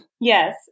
Yes